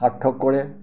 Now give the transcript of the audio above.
সাৰ্থক কৰে